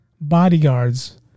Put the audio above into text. bodyguards